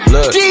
Look